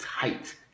tight